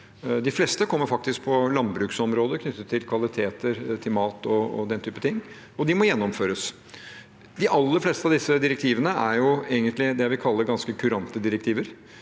De fleste kommer faktisk på landbruksområdet og er knyttet til kvalitet på mat og den typen ting, og de må gjennomføres. De aller fleste av disse direktivene er egentlig det jeg vil kalle ganske kurante direktiver,